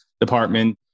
department